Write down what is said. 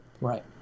Right